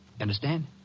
Understand